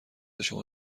شما